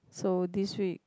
so this week